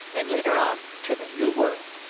and, later on, to the new world.